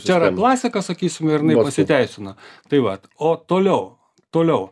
čia yra klasika sakysim ir jinai pasiteisino tai vat o toliau toliau